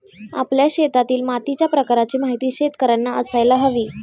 आपल्या शेतातील मातीच्या प्रकाराची माहिती शेतकर्यांना असायला हवी